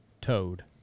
towed